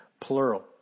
plural